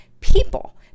people